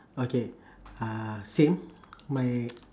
okay uh same my